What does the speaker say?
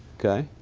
okay?